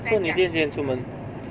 so 你今天几点出门